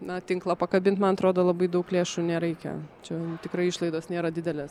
na tinklą pakabint man atrodo labai daug lėšų nereikia čia tikrai išlaidos nėra didelės